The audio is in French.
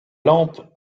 lampe